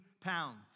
pounds